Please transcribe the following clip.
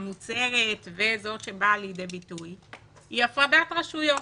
המוצהרת, וזאת שבאה לידי ביטוי, היא הפרדת רשויות,